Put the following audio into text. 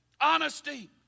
honesty